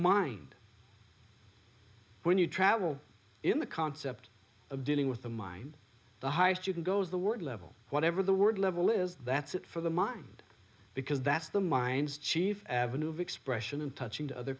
mind when you travel in the concept of dealing with the mind the high student goes the word level whatever the word level is that's it for the mind because that's the mind's chief avenue of expression and touching to other